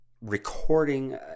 Recording